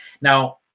Now